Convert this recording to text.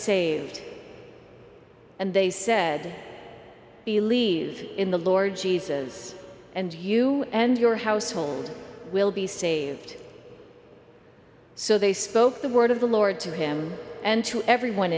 saved and they said believe in the lord jesus and you and your household will be saved so they spoke the word of the lord to him and to everyone